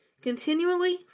Continually